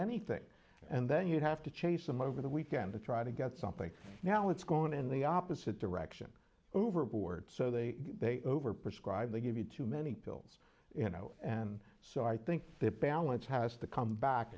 anything and then you have to chase them over the weekend to try to get something now it's going in the opposite direction overboard so they they overprescribe they give you too many pills and so i think the balance has to come back